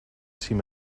seem